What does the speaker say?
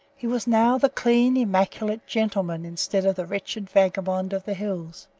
he was now the clean, immaculate gentleman instead of the wretched vagabond of the hills.